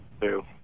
Two